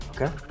Okay